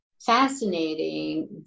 Fascinating